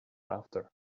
after